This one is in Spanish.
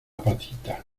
patita